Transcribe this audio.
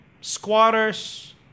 squatters